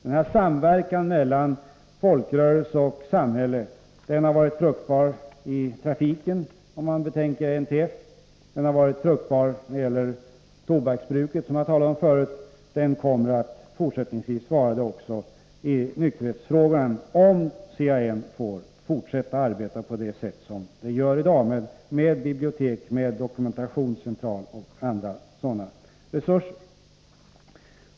Den här samverkan mellan folkrörelserna och samhället har varit fruktbar i trafiken, om man ser till NTF. Den har varit fruktbar när det gäller tobaksbruket, som jag talade om förut. Den kommer fortsättningsvis att vara det också i nykterhetsfrågan, om CAN får fortsätta att arbeta på det sätt som man gör i dag med bibliotek, med dokumentationscentral och andra sådana resurser.